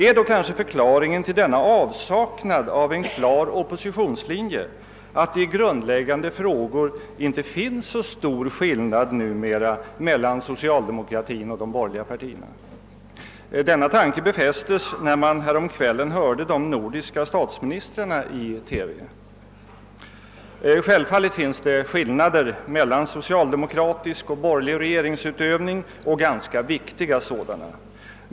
Är då kanske förklaringen till denna avsaknad av en klar oppositionslinje att det i grundläggande frågor inte finns så stor skillnad numera mellan socialdemokratin och de borgerliga partierna? Denna tanke befästes när man häromkvällen lyssnade till de nordiska statsministrarna i TV. Självfallet finns det skillnader mellan socialdemokratisk och borgerlig regeringsutövning och ganska viktiga sådana.